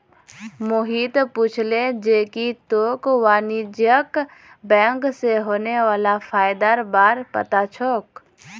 मोहित पूछले जे की तोक वाणिज्यिक बैंक स होने वाला फयदार बार पता छोक